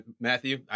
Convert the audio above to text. Matthew